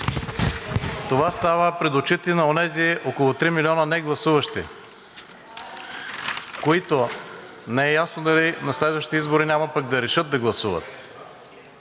Това става пред очите на онези около 3 милиона негласуващи, които не е ясно дали на следващите избори няма пък да решат да гласуват.